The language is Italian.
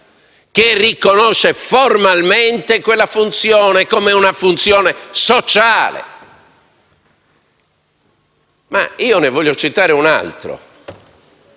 ne riconosce formalmente la funzione come una funzione sociale. Voglio citare un'altra